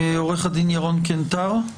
עורך הדין ירון קנטר,